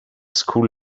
school